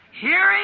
Hearing